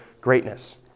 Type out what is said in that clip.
greatness